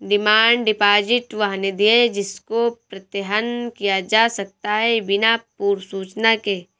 demand deposit वह निधि है जिसको प्रत्याहृत किया जा सकता है बिना पूर्व सूचना के